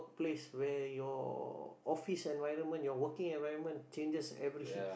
place where your office environment your working environment changes every